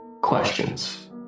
questions